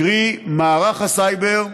קרי: "מערך הסייבר"